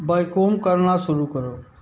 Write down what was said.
vacuum करना शुरू करो